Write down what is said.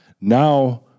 Now